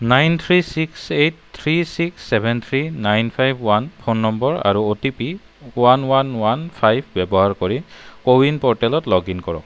nine three six eight three six seven three nine five one phone number আৰু OTP one one one five ব্যৱহাৰ কৰি CoWIN প'ৰ্টেলত log in কৰক